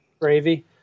gravy